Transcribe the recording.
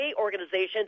organization's